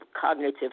cognitive